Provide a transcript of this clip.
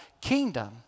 kingdom